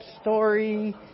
story